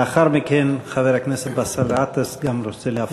לאחר מכן גם חבר הכנסת באסל גטאס רוצה להפנות שאלה.